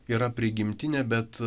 yra prigimtinė bet